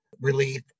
relief